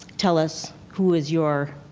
tell us who is your